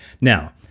Now